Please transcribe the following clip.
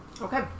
Okay